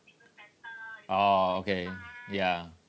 oh okay ya